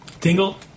Tingle